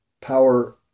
power